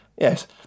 Yes